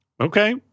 Okay